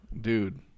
dude